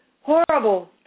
horrible